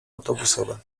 autobusowe